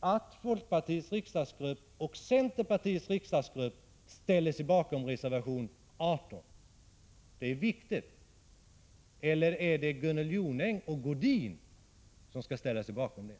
Jonängs uttalande här att folkpartiets riksdagsgrupp och centerpartiets riksdagsgrupp ställer sig bakom reservation 18? Det är viktigt att vi får ett besked på denna punkt. Eller är det Gunnel Jonäng och Sigge Godin som ansluter sig till reservationen?